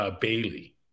Bailey